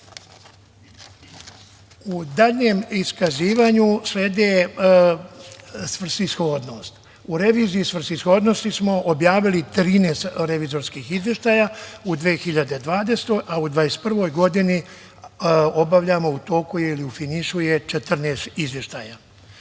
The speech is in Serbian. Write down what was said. daljem iskazivanju sledi svrsishodnost, u reviziji svrsishodnosti smo objavili 13 revizorskih izveštaja u 2020. godini, a u 2021. godini obavljamo, u toku je ili u finišu je 14 izveštaja.